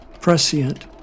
prescient